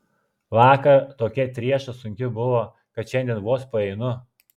vakar tokia trieša sunki buvo kad šiandien vos paeinu